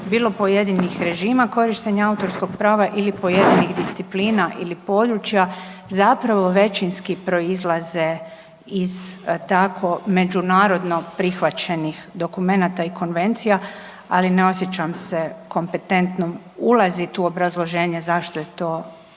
bilo pojedinih režima korištenja autorskog prava ili pojedinih disciplina ili područja zapravo većinski proizlaze iz tako međunarodno prihvaćenih dokumenata i konvencija, ali ne osjećam se kompetentnom ulazit u obrazloženje zašto je to sa